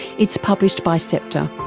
it's published by sceptre.